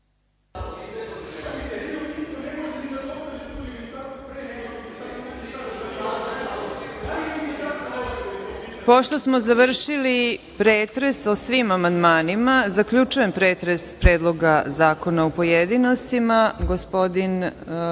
ovome. Pošto smo završili pretres o svim amandmanima, zaključujem Pretres predloga zakona u pojedinostima. Pošto